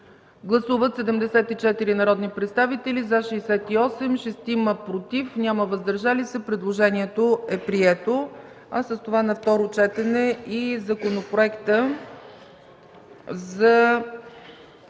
Гласували 74 народни представители: за 68, против 6, въздържали се няма. Предложението е прието, а с това на второ четене и Законопроектът за